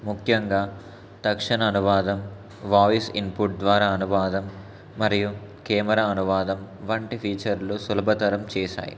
ముఖ్యంగా తక్షణ అనువాదం వాయిస్ ఇన్పుట్ ద్వారా అనువాదం మరియు కెమెరా అనువాదం వంటి ఫీచర్లు సులభతరం చేశాయి